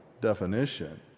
definition